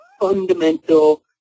fundamental